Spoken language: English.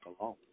alone